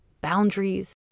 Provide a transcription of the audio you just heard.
boundaries